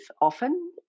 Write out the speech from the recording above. often